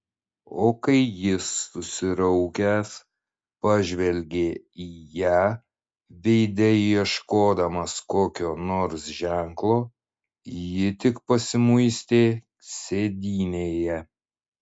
o kai jis susiraukęs pažvelgė į ją veide ieškodamas kokio nors ženklo ji tik pasimuistė sėdynėje